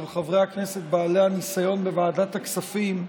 חברי הכנסת בעלי הניסיון בוועדת הכספים,